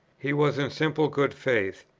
he was in simple good faith.